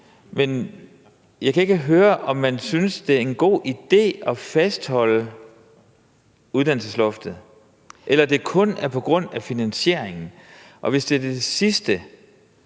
Men jeg kan ikke høre, om man synes, det er en god idé at fastholde uddannelsesloftet, eller om det kun er på grund af finansieringen. Og hvis det er det sidste,